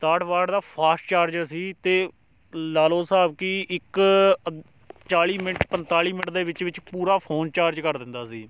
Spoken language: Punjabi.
ਸਤਾਹਠ ਵਾਟ ਦਾ ਫਾਸਟ ਚਾਰਜਰ ਸੀ ਅਤੇ ਲਗਾ ਲਓ ਹਿਸਾਬ ਕਿ ਇੱਕ ਅ ਚਾਲ਼ੀ ਮਿੰਟ ਪੰਤਾਲੀ ਮਿੰਟ ਦੇ ਵਿੱਚ ਵਿੱਚ ਪੂਰਾ ਫੋਨ ਚਾਰਜ ਕਰ ਦਿੰਦਾ ਸੀ